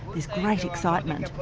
there's great excitement.